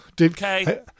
Okay